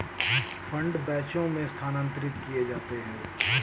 fund बैचों में स्थानांतरित किए जाते हैं